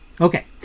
Okay